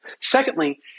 Secondly